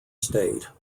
state